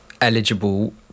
eligible